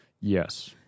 Yes